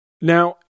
Now